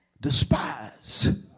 Despise